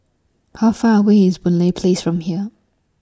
How Far away IS Boon Lay Place from here